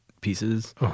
pieces